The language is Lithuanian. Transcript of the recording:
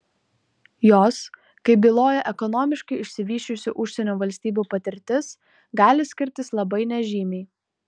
jos kaip byloja ekonomiškai išsivysčiusių užsienio valstybių patirtis gali skirtis labai nežymiai